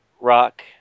rock